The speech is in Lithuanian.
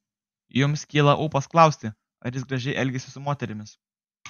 jums kyla ūpas klausti ar jis gražiai elgiasi su moterimis